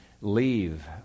leave